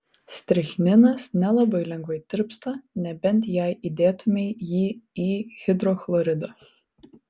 strichninas nelabai lengvai tirpsta nebent jei įdėtumei jį į hidrochloridą